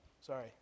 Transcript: sorry